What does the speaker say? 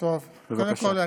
קודם כול,